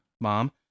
Mom